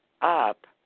up